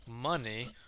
money